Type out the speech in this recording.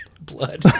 Blood